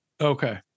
Okay